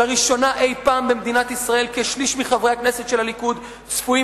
"לראשונה אי-פעם במדינת ישראל כשליש מחברי הכנסת של הליכוד צפויים